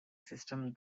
system